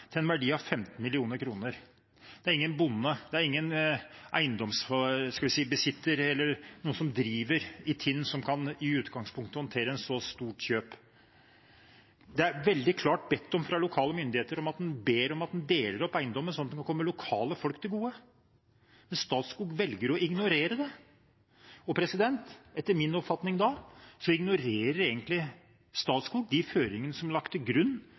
til en verdi av 15 mill. kr. Det er ingen bonde, det er ingen eiendomsbesitter eller noen som driver i Tinn, som i utgangspunktet kan håndtere et så stort kjøp. Det er veldig klart fra lokale myndigheter bedt om at en deler opp eiendommen, sånn at den kan komme lokale folk til gode. Men Statskog velger å ignorere det. Etter min oppfatning ignorerer egentlig Statskog da de føringene som er lagt til grunn